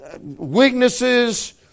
weaknesses